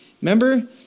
Remember